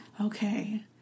Okay